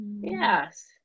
yes